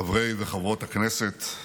חברי וחברות הכנסת,